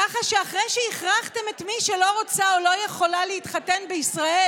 ככה שאחרי שהכרחתם את מי שלא רוצָה או לא יכולה להתחתן בישראל